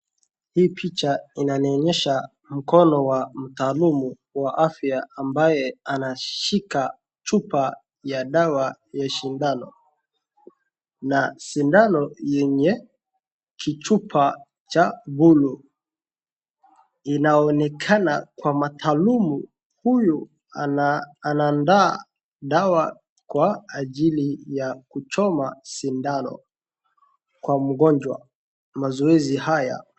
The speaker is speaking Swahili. Hii picha inanionyesha mkono wa mtaalamu wa afya ambaye anashika chupa ya dawa a shindano, na shindano yenye kichupa cha buluu. Inaonekana kuwa mtaalamu huyu anaandaa dawa kwa ajili ya kuchoma sindano kwa mgonjwa mazoezi haya.